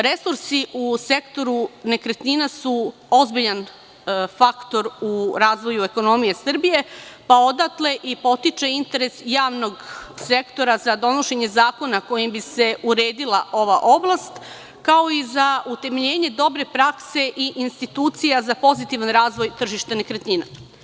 Resursi u sektoru nekretnina su ozbiljan faktoru u razvoju ekonomije Srbije, pa odatle i potiče interes javnog sektora za donošenje zakona kojim bi se uredila ova oblast, kao i za utemeljenje dobre prakse i institucija za pozitivan razvoj tržišta nekretnina.